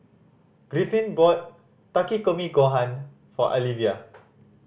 Griffin bought Takikomi Gohan for Alivia